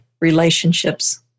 relationships